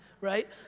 right